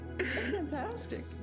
Fantastic